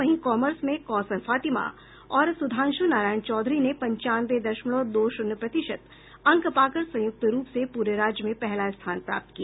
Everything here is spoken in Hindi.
वहीं कॉमर्स में कौसर फातिमा और सुधांशु नारायण चौधरी ने पंचानवे दशमलव दो शून्य प्रतिशत अंक पाकर संयुक्त रूप से पूरे राज्य में पहला स्थान प्राप्त किया